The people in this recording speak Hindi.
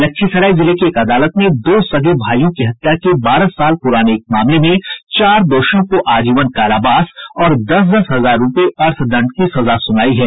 लखीसराय जिले की एक अदालत ने दो सगे भाइयों की हत्या के बारह साल प्राने एक मामले में चार दोषियों को आजीवन कारावास और दस दस हजार रूपये अर्थदंड की सजा सुनायी है